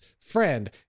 Friend